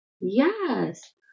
Yes